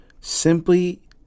Simply